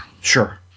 Sure